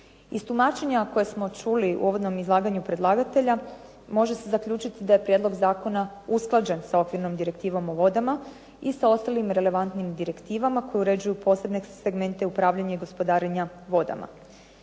Iz tumačenja koje smo čuli u uvodnom izlaganju predlagatelja, može se zaključiti da je prijedlog zakona usklađen sa okvirnom direktivom o vodama i sa ostalim relevantnim direktivama koje uređuju posebne segmente upravljanja i gospodarenja vodama.